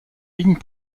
lignes